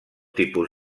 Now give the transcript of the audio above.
tipus